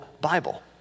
Bible